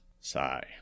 Sigh